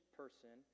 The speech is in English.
person